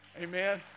Amen